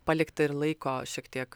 palikta ir laiko šiek tiek